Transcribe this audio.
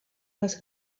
les